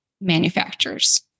manufacturers